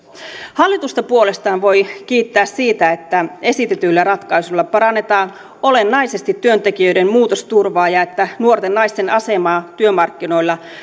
hallitusta puolestaan voi kiittää siitä että esitetyillä ratkaisuilla parannetaan olennaisesti työntekijöiden muutosturvaa ja että nuorten naisten asemaa työmarkkinoilla